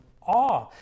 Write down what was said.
awe